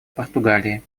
португалии